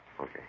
Okay